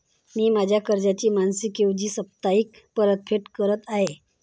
मी माझ्या कर्जाची मासिक ऐवजी साप्ताहिक परतफेड करत आहे